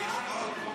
לא, אבל יש עוד,